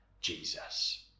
Jesus